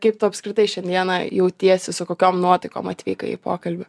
kaip tu apskritai šiandieną jautiesi su kokiom nuotaikom atvykai į pokalbį